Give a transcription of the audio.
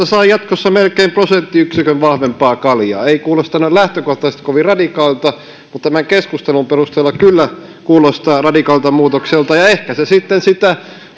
saa jatkossa melkein prosenttiyksikön vahvempaa kaljaa ei kuulosta noin lähtökohtaisesti kovin radikaalilta mutta tämän keskustelun perusteella kyllä kuulostaa radikaalilta muutokselta ja ehkä se sitten sitä